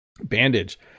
Bandage